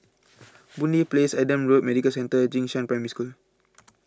Boon Lay Place Adam Road Medical Centre and Jing Shan Primary School